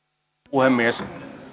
puhemies